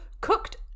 cooked